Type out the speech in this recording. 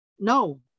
no